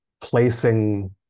placing